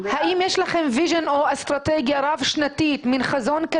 אבל האם יש לכם חזון או אסטרטגיה רב-שנתית,